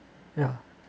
ya